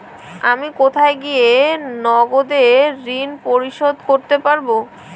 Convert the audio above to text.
আমি কোথায় গিয়ে নগদে ঋন পরিশোধ করতে পারবো?